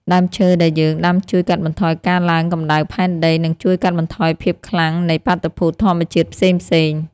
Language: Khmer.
ដើមឈើដែលយើងដាំជួយកាត់បន្ថយការឡើងកម្តៅផែនដី និងជួយកាត់បន្ថយភាពខ្លាំងនៃបាតុភូតធម្មជាតិផ្សេងៗ។